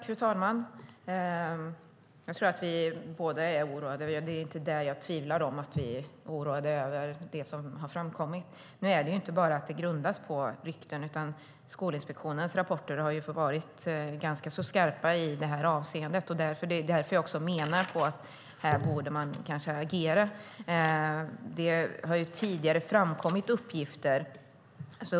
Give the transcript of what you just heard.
Fru talman! Jag tvivlar inte på att ministern är lika oroad som jag över det som har framkommit. Nu grundas det dock inte bara på rykten. Skolinspektionens rapporter har ju varit ganska skarpa. Därför menar jag att man borde agera. Det har tidigare framkommit uppgifter om pennalism.